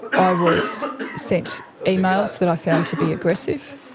i was sent emails that i found to be aggressive.